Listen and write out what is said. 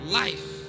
life